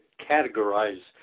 categorize